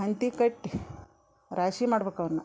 ಹಂತಿಕಟ್ಟಿ ರಾಶಿ ಮಾಡ್ಬೇಕು ಅವ್ನ